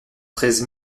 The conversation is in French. treize